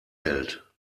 hält